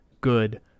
good